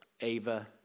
Ava